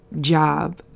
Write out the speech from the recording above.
job